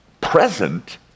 present